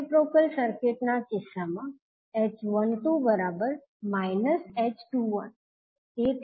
reciprocal circuits ના કિસ્સામાં h12 −𝐡21